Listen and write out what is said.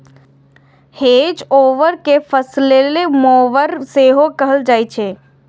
hedge mower कें फलैले mower सेहो कहल जाइ छै